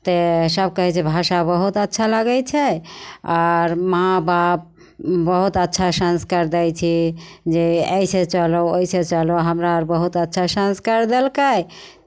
तऽ सभ कहै छै भाषा बहुत अच्छा लागै छै आर माँ बाप बहुत अच्छा संस्कार दै छी जे अइसे चलहो ओइसे चलहो हमरा आओर बहुत अच्छा संस्कार देलकै